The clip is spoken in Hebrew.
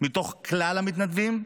מתוך כלל המתנדבים,